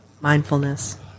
mindfulness